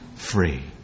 Free